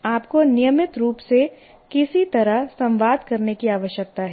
आपको नियमित रूप से किसी तरह संवाद करने की आवश्यकता है